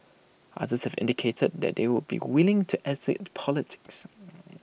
others have indicated that they would be willing to exit politics